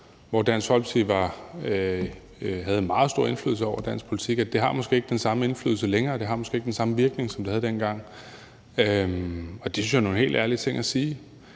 hvor Dansk Folkeparti havde meget stor indflydelse på dansk politik, måske ikke har den samme indflydelse længere eller samme virkning, som det havde dengang. Det synes jeg er en helt ærlig ting at sige.